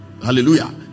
hallelujah